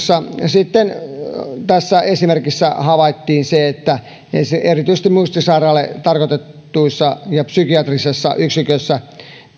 ja tässä sitten havaittiin se että erityisesti muistisairaille tarkoitetuissa ja psykiatrisissa yksiköissä